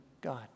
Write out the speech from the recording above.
God